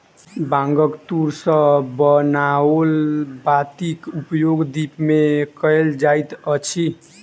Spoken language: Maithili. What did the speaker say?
बांगक तूर सॅ बनाओल बातीक उपयोग दीप मे कयल जाइत अछि